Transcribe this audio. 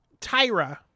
Tyra